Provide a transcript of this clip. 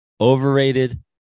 Overrated